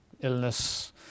illness